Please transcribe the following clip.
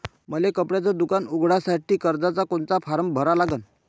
मले कपड्याच दुकान उघडासाठी कर्जाचा कोनचा फारम भरा लागन?